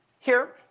here,